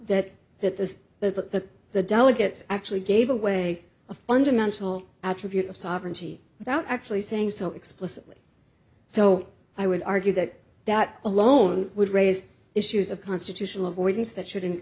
that that the the the delegates actually gave away a fundamental attribute of sovereignty without actually saying so explicitly so i would argue that that alone would raise issues of constitutional avoidance that should